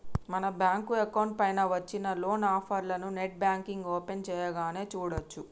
మన bank account పైన వచ్చిన లోన్ ఆఫర్లను నెట్ బ్యాంకింగ్ ఓపెన్ చేయగానే చూడచ్చు